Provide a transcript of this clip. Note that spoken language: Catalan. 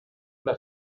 les